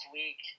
week